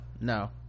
no